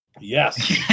yes